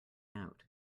out